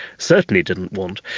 certainly didn't want.